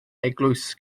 eglwys